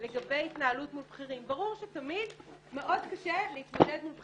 לגבי ההתנהלות מול בכירים ברור שתמיד מאוד קשה להתמודד מול בכירים.